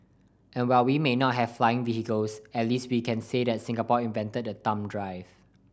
and while we may not have flying vehicles at least we can say that Singapore invented the thumb drive